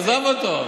עזוב אותו.